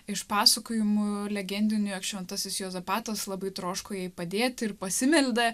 iš pasakojimų legendinių jog šventasis juozapatas labai troško jai padėti ir pasimeldė